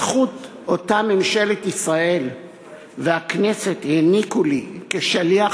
הזכות שממשלת ישראל והכנסת העניקו לי כשליח